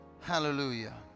Hallelujah